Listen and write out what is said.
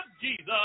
Jesus